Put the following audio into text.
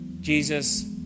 Jesus